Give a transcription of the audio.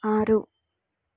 ಆರು